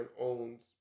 owns